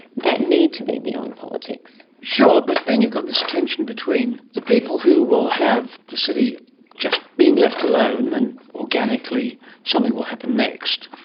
that need to be beyond politics. sure, but then you've got this tension between the people who will have the city just being left alone and organically something will happen next,